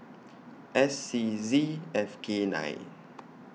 S C Z F K nine